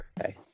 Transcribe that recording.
okay